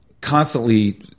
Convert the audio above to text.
constantly –